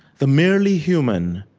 the merely human,